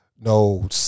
no